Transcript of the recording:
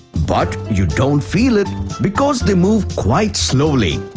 but you don't feel it because they move quite slowly.